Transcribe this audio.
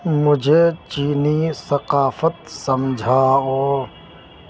مجھے چینی ثقافت سمجھاؤ